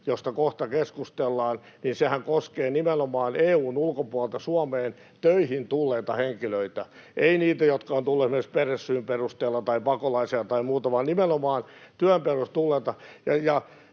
josta kohta keskustellaan — ja sehän koskee nimenomaan EU:n ulkopuolelta Suomeen töihin tulleita henkilöitä, ei niitä, jotka ovat tulleet esimerkiksi perhesyiden perusteella tai pakolaisina tai muuta, vaan nimenomaan työn perässä tulleita,